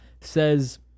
says